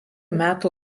metų